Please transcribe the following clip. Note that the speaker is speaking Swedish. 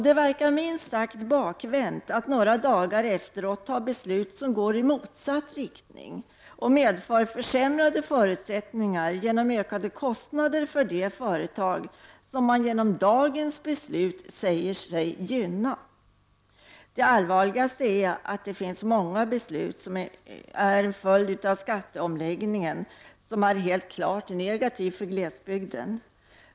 Det verkar minst sagt bakvänt att några dagar efteråt fatta beslut som går i motsatt riktning och som genom ökade kostnader medför försämrade förutsättningar för de företag som man genom dagens beslut säger sig gynna. Det allvarligaste är att det finns många beslut som är en följd av skatteomläggningen och som är helt klart negativa för glesbygden.